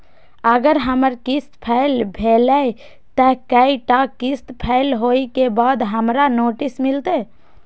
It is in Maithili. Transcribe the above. अगर हमर किस्त फैल भेलय त कै टा किस्त फैल होय के बाद हमरा नोटिस मिलते?